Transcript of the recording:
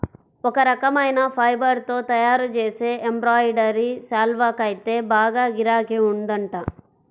ఒక రకమైన ఫైబర్ తో తయ్యారుజేసే ఎంబ్రాయిడరీ శాల్వాకైతే బాగా గిరాకీ ఉందంట